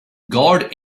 guard